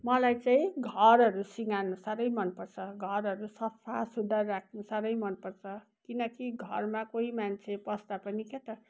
मलाई चाहिँ घरहरू सिँगार्नु साह्रै मनपर्छ घरहरू सफासुग्घर राख्नु साह्रै मनपर्छ किनकि घरमा कोही मान्छे पस्दा पनि क्या त